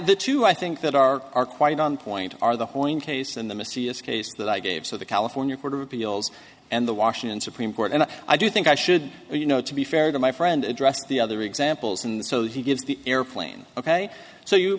the two i think that are are quite on point are the one case in the mysterious case that i gave so the california court of appeals and the washington supreme court and i do think i should you know to be fair to my friend address the other examples and so he gives the airplane ok so you